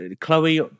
Chloe